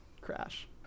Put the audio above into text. crash